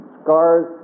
scars